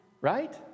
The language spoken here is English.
Right